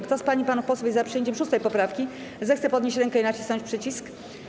Kto z pań i panów posłów jest za przyjęciem 6. poprawki, zechce podnieść rękę i nacisnąć przycisk.